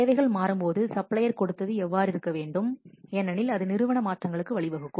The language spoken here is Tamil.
தேவைகள் மாறும்போது சப்ளையர் கொடுத்தது எவ்வாறு இருக்க வேண்டும் ஏனெனில் அது நிறுவன மாற்றங்களுக்கு வழிவகுக்கும்